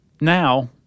now